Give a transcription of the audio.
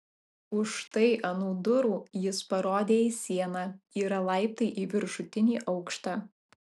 už štai anų durų jis parodė į sieną yra laiptai į viršutinį aukštą